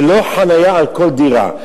ולא חנייה לכל דירה.